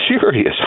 serious